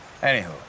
Anywho